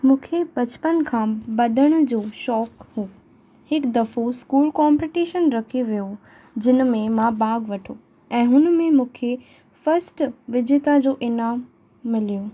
मूंखे बचपन खां भॼण जो शौक़ु हो हिकु दफ़ो स्कूल कॉम्पिटिशन रखियो हुयो जिन में मां भाॻु वठो ऐं हुन में मूंखे फस्ट विजेता जो इनाम मिलियो